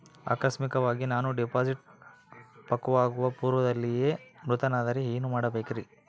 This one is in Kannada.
ಆಕಸ್ಮಿಕವಾಗಿ ನಾನು ಡಿಪಾಸಿಟ್ ಪಕ್ವವಾಗುವ ಪೂರ್ವದಲ್ಲಿಯೇ ಮೃತನಾದರೆ ಏನು ಮಾಡಬೇಕ್ರಿ?